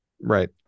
Right